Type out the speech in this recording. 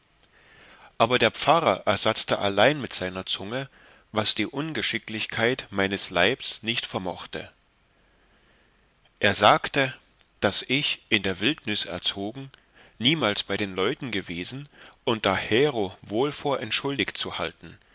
aber der pfarrer ersatzte allein mit seiner zunge was die ungeschicklichkeit meines leibs nicht vermochte er sagte daß ich in der wildnüs erzogen niemals bei leuten gewesen und dahero wohl vor entschuldigt zu halten